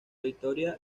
victoria